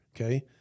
okay